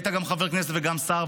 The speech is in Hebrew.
והיית גם חבר כנסת וגם שר,